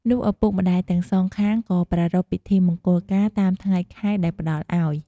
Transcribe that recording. នោះឪពុកម្តាយទាំងសងខាងក៏ប្រារព្វពិធីមង្គលការតាមថ្ងៃខែដែលផ្ដល់អោយ។